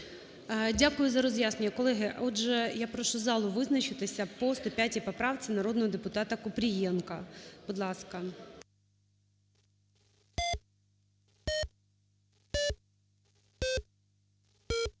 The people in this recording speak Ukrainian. Дякую за роз'яснення. Колеги, отже, я прошу залу визначитись по 105 поправці народного депутатаКупрієнка. Будь ласка.